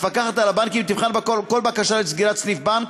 המפקחת על הבנקים תבחן כל בקשה לסגירת סניף בנק,